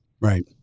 Right